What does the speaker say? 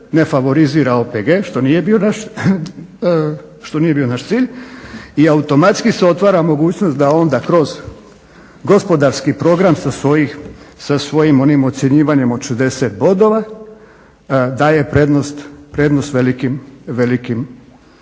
ne favorizira OPG što nije bio naš cilj i automatski se otvara mogućnost da onda kroz gospodarski program sa svojim onim ocjenjivanjem od 60 bodova daje prednost velikim tvrtkama.